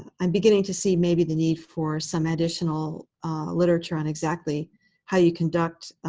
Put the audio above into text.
um i'm beginning to see maybe the need for some additional literature on exactly how you conduct